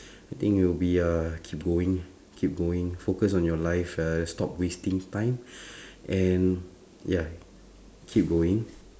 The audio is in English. I think it will be uh keep going keep going focus on your life uh stop wasting time and ya keep going